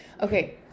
Okay